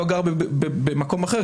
לא גר במקום אחר,